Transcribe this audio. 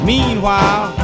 Meanwhile